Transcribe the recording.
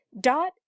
dot